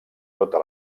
tota